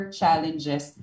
challenges